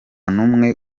n’umwe